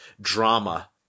drama